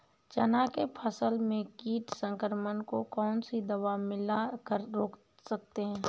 चना के फसल में कीट संक्रमण को कौन सी दवा मिला कर रोकते हैं?